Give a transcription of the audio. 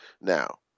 now